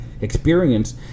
experience